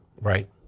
right